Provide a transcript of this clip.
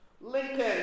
Lincoln